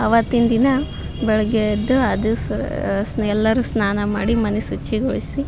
ಅವತ್ತಿನ ದಿನ ಬೆಳಗ್ಗೆ ಎದ್ದು ಆ ದಿವಸ ಎಲ್ಲರು ಸ್ನಾನ ಮಾಡಿ ಮನೆ ಶುಚಿಗೊಳ್ಸಿ